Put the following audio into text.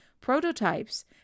prototypes